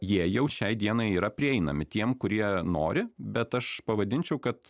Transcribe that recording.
jie jau šiai dienai yra prieinami tiem kurie nori bet aš pavadinčiau kad